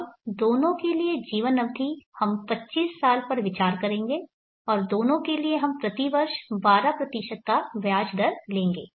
अब दोनों के लिए जीवन अवधि हम 25 साल पर विचार करेंगे और दोनों के लिए हम प्रति वर्ष 12 की ब्याज दर लेंगे